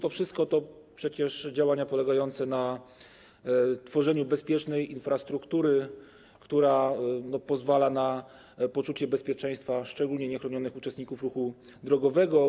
To wszystko to przecież działania polegające na tworzeniu bezpiecznej infrastruktury, która pozwala na poczucie bezpieczeństwa, szczególnie niechronionych uczestników ruchu drogowego.